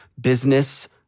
business